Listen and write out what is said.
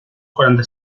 quaranta